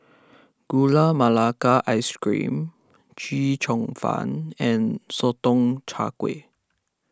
Gula Melaka Ice Cream Chee Cheong Fun and Sotong Char Kway